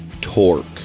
Torque